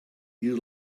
you